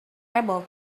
able